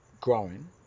growing